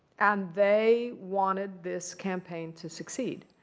and they wanted this campaign to succeed.